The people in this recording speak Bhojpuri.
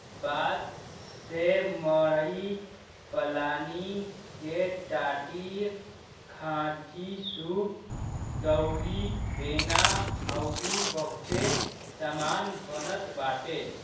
बांस से मड़ई पलानी के टाटीखांचीसूप दउरी बेना अउरी बहुते सामान बनत बाटे